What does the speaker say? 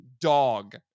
dog